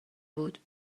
بود